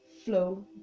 flow